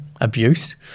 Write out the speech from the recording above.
abuse